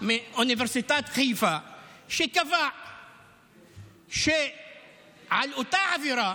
מאוניברסיטת חיפה שקבע שעל אותה עבירה,